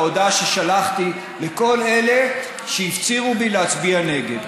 מה ההודעה ששלחתי לכל אלה שהפצירו בי להצביע נגד.